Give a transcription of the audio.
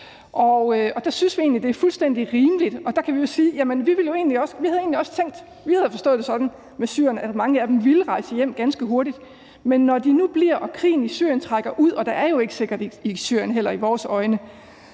Og det synes vi egentlig er fuldstændig rimeligt. Der kan vi jo sige, at vi egentlig også havde tænkt og forstået det sådan med syrerne, at mange af dem ville rejse hjem ganske hurtigt. Men når de nu bliver og krigen i Syrien trækker ud – og der er jo ikke sikkert i Syrien, heller ikke i vores øjne